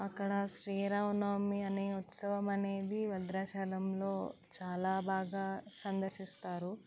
అక్కడ శ్రీరామనవమి అనే ఉత్సవం అనేది భద్రాచలంలో చాలా బాగా సందర్శిస్తారు